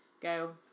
go